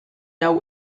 hau